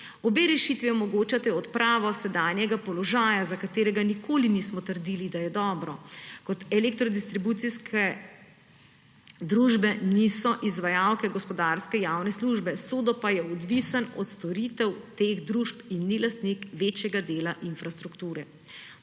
Obe rešitvi omogočata odpravo sedanjega položaja, za katerega nikoli nismo trdili, da je dobro, ko elektrodistribucijske družbe niso izvajalke gospodarske javne službe, SODO pa je odvisen od storitev teh družb in ni lastnik večjega dela infrastrukture.